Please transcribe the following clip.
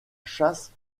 chasse